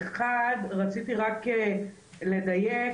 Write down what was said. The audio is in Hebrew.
אחד רציתי רק לדייק,